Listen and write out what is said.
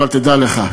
אבל תדע לך: